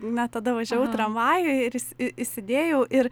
na tada važiavau tramvajuj ir įs įsidėjau ir